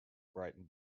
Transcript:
brighton